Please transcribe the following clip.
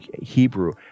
Hebrew